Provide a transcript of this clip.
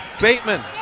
Bateman